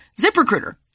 ZipRecruiter